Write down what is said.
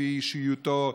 לפי אישיותו,